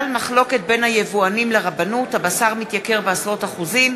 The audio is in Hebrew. בגלל מחלוקת בין היבואנים לרבנות הבשר מתייקר בעשרות אחוזים.